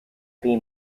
vee